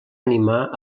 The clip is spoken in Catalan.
animar